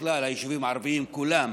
בכלל היישובים הערביים כולם,